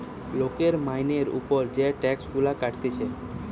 লোকের মাইনের উপর যে টাক্স গুলা কাটতিছে